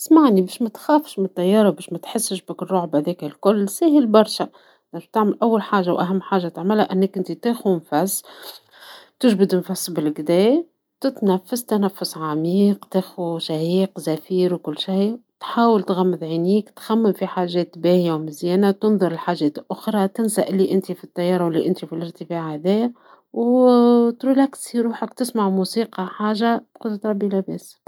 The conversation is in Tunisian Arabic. يا صديقي، نفهم قداش الخوف من الطائرات صعيب. لكن حاول تفكر في الرحلة كفرصة لاكتشاف أماكن جديدة. نجم تركز على الموسيقى أو الكتب. وكلما زدت تجرب، كلما تحسنت الأمور. إذا تحب، نجم نكون معاك في الرحلة الجاية.